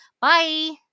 Bye